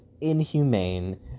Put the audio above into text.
inhumane